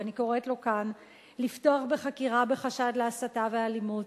ואני קוראת לו כאן לפתוח בחקירה בחשד להסתה ואלימות.